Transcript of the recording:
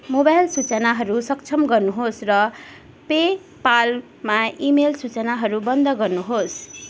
mobile सूचनाहरू सक्षम गर्नुहोस् र पे पालमा इमेल सूचनाहरू बन्द गर्नुहोस्